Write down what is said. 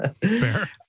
Fair